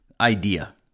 idea